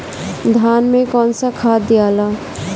धान मे कौन सा खाद दियाला?